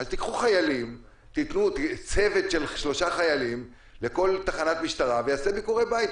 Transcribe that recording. אז תיקחו צוות של שלושה חיילים לכל תחנת משטרה ויעשו ביקורי בית,